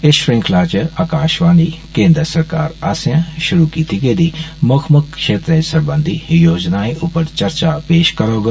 इस श्रृंखला च आकाषवाणी केन्द्रसराकर आस्सेआ षुरु कीती गेदी मुक्ख मुक्ख क्षेत्रे सरबंधी योजनाएं पर चर्चा पेष करोग